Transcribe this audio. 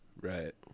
Right